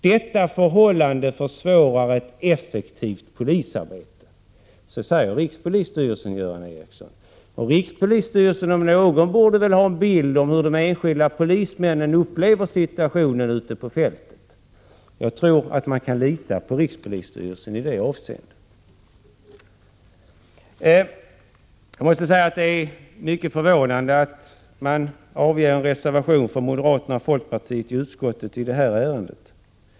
Detta förhållande försvårar ett effektivt polisarbete.” Rikspolisstyrelsen om någon borde väl ha en bild av hur de enskilda polismännen upplever situationen ute på fältet. Jag tror att vi kan lita på rikspolisstyrelsen i det avseendet. Det är mycket förvånande att moderaterna och folkpartisterna i utskottet avger en reservation i detta ärende.